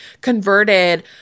converted